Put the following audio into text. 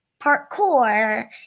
parkour